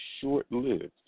short-lived